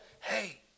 Hey